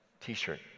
T-shirt